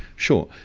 sure.